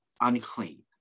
unclean